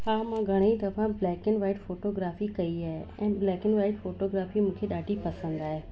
हा मूं घणीअ दफ़ा ब्लैक एंड वाइट फ़ोटोग्राफी कई आहे उ ब्लैक एंड वाइट फ़ोटोग्राफी मूंखे ॾाढी पसंदि आहे